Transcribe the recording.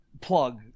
plug